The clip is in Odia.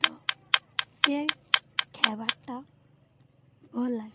ତ ସେ ଖାଇବାର୍ଟା ଭଲଲାଗେ